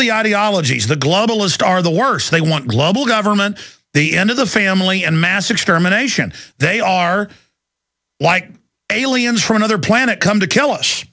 the ideologies the globalist are the worst they want global government the end of the family and mass extermination they are like aliens from another planet come to kill us